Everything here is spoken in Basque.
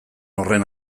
horren